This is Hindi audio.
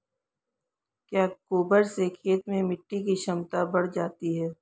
क्या गोबर से खेत में मिटी की क्षमता बढ़ जाती है?